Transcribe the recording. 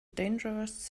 dangerous